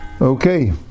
Okay